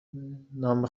نام